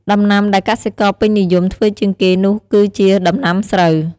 ដំណាំដែលកសិករពេញនិយមធ្វើជាងគេនោះគឺជា ដំណាំស្រូវ។